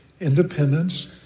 independence